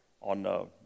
on